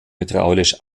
hydraulisch